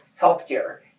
healthcare